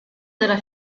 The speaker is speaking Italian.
della